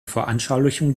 veranschaulichung